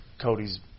Cody's